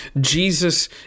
Jesus